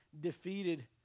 defeated